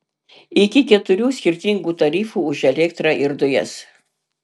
iki keturių skirtingų tarifų už elektrą ir dujas